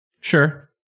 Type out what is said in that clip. Sure